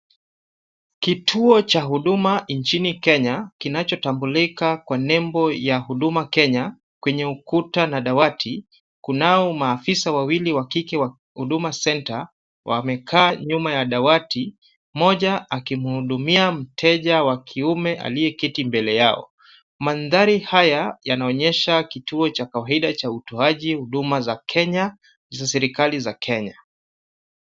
Kituo cha huduma nchini Kenya, kinachotambulika kwa nembo ya huduma Kenya, kwenye ukuta na dawati, kunao maafisa wawili wa Kike Huduma Centre , wamekaa nyuma ya dawati, mmoja akimhudumia mteja wa kiume aliteketi mbele yao. Mandhari haya yanaonyesha kituo cha kawaida cha utoaji huduma za Kenya za serikali ya Kenya.